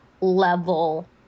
level